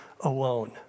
alone